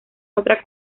otra